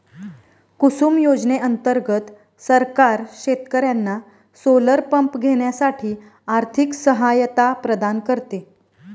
कुसुम योजने अंतर्गत सरकार शेतकर्यांना सोलर पंप घेण्यासाठी आर्थिक सहायता प्रदान करते